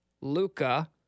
Luca